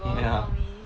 ya